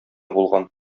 булган